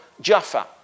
Jaffa